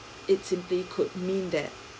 it simply could mean that